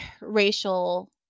racial